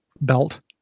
belt